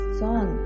song